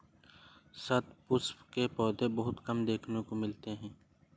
शतपुष्प के पौधे बहुत कम देखने को मिलते हैं